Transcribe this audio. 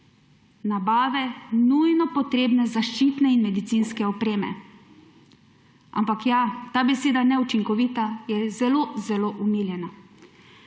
nabave nujno potrebne zaščitne in medicinske opreme. Ampak ja, ta beseda je neučinkoviti, je zelo zelo omiljena.